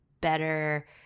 better